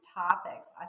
topics